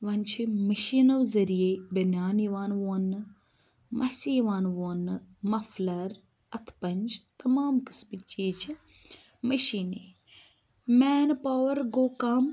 وۄنۍ چھِ مِشینو ذٔریعے یہِ بنیان یِوان ووننہٕ مَسہِ یِوان ووننہٕ مَفلَر اَتھ پَنج تَمام قسمٕکۍ چیز چھِ مِشینے مین پاوَر گوٚو کَم